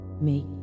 make